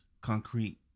Concrete